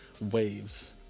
Waves